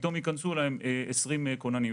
ייכנסו פתאום 20 כוננים.